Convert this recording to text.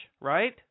right